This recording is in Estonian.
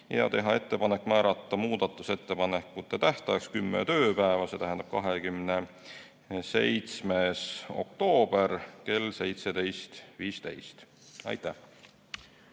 ja teha ettepanek määrata muudatusettepanekute tähtajaks 10 tööpäeva, see tähendab 27. oktoober kell 17.15. Aitäh!